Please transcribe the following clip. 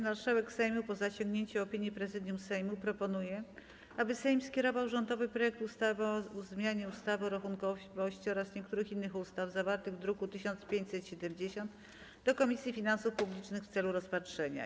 Marszałek Sejmu, po zasięgnięciu opinii Prezydium Sejmu, proponuje, aby Sejm skierował rządowy projekt ustawy o zmianie ustawy o rachunkowości oraz niektórych innych ustaw zawarty w druku nr 1570 do Komisji Finansów Publicznych w celu rozpatrzenia.